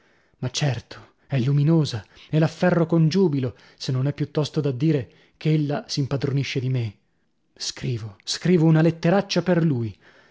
ma certo è luminosa e l'afferro con giubilo se non è piuttosto da dire ch'ella s'impadronisce di me scrivo scrivo una letteraccia per lui